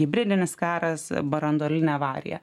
hibridinis karas branduolinė avarija